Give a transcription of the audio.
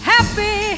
Happy